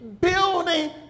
building